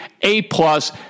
A-plus